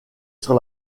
sur